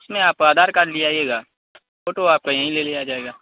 اس میں آپ ادھار کارڈ لے آئیے گا فوٹو آپ کا یہیں لے لیا جائے گا